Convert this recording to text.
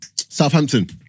Southampton